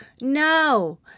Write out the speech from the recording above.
No